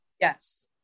Yes